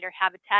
habitat